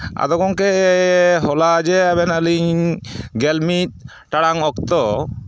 ᱟᱫᱚ ᱜᱚᱢᱠᱮ ᱦᱚᱞᱟ ᱡᱮ ᱟᱵᱮᱱᱟᱜ ᱞᱤᱧ ᱜᱮᱞᱢᱤᱫ ᱴᱟᱲᱟᱝ ᱚᱠᱛᱚ